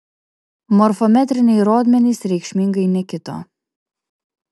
morfometriniai rodmenys reikšmingai nekito